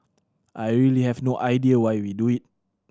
I really have no idea why we do it